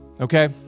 okay